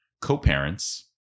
Co-parents